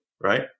Right